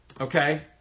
okay